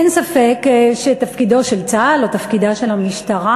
אין ספק שתפקידו של צה"ל או תפקידה של המשטרה